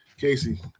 casey